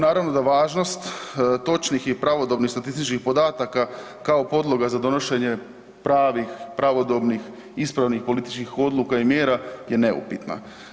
Naravno da važnost točnih i pravodobnih statističkih podataka kao podloga za donošenje pravih, pravodobnih, ispravnih političkih odluka i mjera je neupitna.